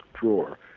drawer